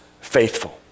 faithful